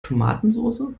tomatensoße